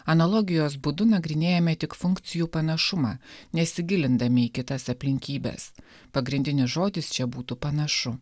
analogijos būdu nagrinėjame tik funkcijų panašumą nesigilindami į kitas aplinkybes pagrindinis žodis čia būtų panašu